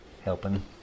helping